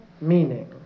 meaning